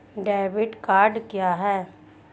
Debit card क्या है?